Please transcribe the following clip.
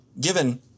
given